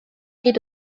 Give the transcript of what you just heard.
geht